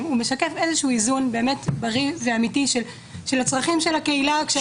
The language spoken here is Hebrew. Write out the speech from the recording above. משקף איזון בריא ואמיתי של הצרכים של הקהילה.